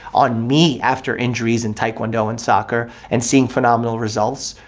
on me after injuries in taekwondo and soccer, and seeing phenomenal results,